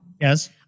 Yes